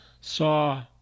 saw